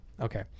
Okay